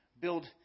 build